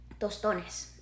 Tostones